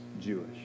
Jewish